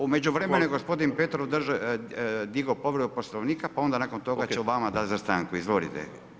U međuvremenu je gospodin Petrov digao povredu Poslovnika pa onda nakon toga ću vama dati za stanku, izvolite.